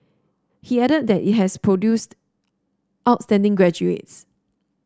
he added that it has produced outstanding graduates